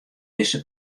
dizze